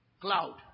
cloud